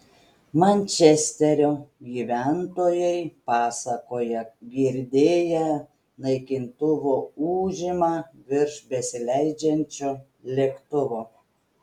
mančesterio gyventojai pasakoja girdėję naikintuvo ūžimą virš besileidžiančio lėktuvo